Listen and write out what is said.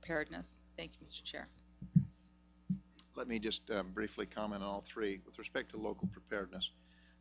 preparedness thank you chair let me just briefly comment on all three with respect to local preparedness